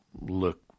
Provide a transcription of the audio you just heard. look